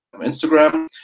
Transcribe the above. Instagram